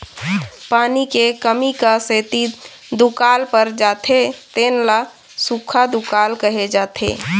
पानी के कमी क सेती दुकाल पर जाथे तेन ल सुक्खा दुकाल कहे जाथे